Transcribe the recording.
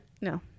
No